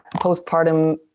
postpartum